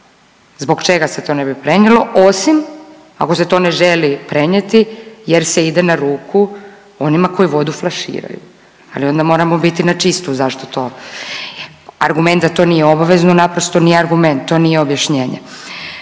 Zbog čega se to ne bi prenijelo, osim ako se to ne želi prenijeti jer se ide na ruku onima koji vodu flaširaju? Ali onda moramo biti na čistu zašto to, argument da to nije obavezno naprosto nije argument, to nije objašnjenje.